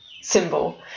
symbol